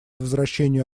возвращению